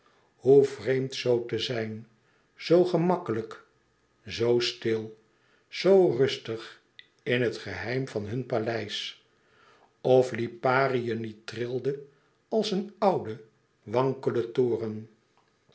hoe vreemd zoo te zijn zoo gemakkelijk zoo stil zoo rustig in het geheim van hun paleis of liparië niet trilde als een oude wankele toren